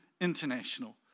international